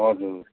हजुर